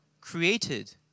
created